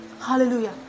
hallelujah